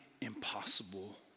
impossible